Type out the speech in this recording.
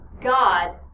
God